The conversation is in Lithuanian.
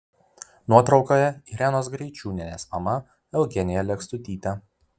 nuotraukoje irenos greičiūnienės mama eugenija lekstutytė